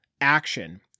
action